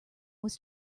was